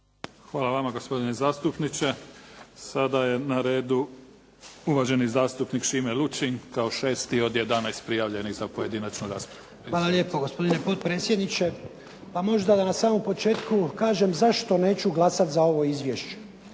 Hvala vama gospodine zastupniče. Sada je na redu uvaženi zastupnik Šime Lučin kao 6. od 11 prijavljenih za pojedinačnu raspravu. **Lučin, Šime (SDP)** Hvala lijepo gospodine predsjedniče. Pa možda da na samom početku kažem zašto neću glasati za ovo izvješće,